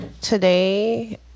today